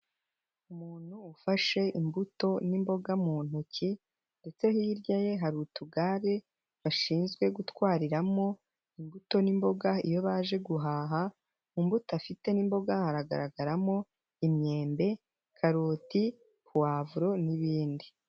Umuntu ufashe imbuto n'imboga mu ntoki ndetse hirya ye hari utugare bashinzwe gutwariramo imbuto n'imboga iyo baje guhaha, imbuto afite n'imboga haragaragaramo: imyembe, karoti, pavuro n'ibindi.